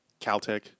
Caltech